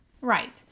Right